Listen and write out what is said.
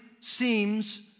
seems